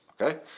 okay